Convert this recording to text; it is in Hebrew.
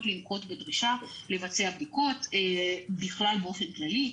לנקוט בדרישה לבצע בדיקות בכלל באופן כללי.